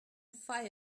fire